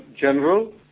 general